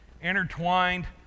intertwined